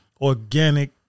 organic